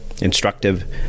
instructive